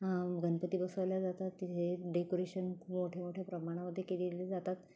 गणपती बसवल्या जातात तिथे डेकोरेशन खूप मोठे मोठे प्रमाणामध्ये केलेले जातात